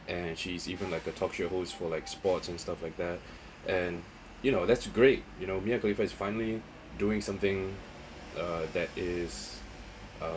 and she is even like a talk show host for like sports and stuff like that and you know that's great you mia khalifa is finally doing something uh that is uh